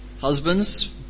Husbands